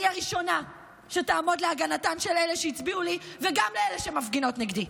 אני הראשונה שתעמוד להגנתן של אלה שהצביעו לי וגם אלה שמפגינות נגדי.